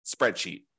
spreadsheet